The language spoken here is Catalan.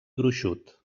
gruixut